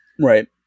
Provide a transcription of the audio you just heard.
Right